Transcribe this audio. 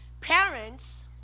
Parents